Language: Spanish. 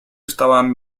estaban